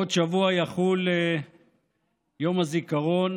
בעוד שבוע יחול יום הזיכרון